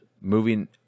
moving